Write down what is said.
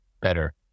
better